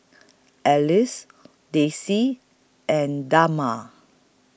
Alice Dicy and Dagmar